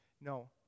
No